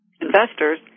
investors